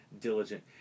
diligent